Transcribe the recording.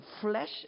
flesh